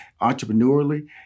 entrepreneurially